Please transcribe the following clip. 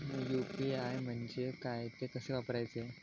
UPI म्हणजे काय, ते कसे वापरायचे?